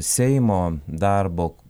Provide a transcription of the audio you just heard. seimo darbo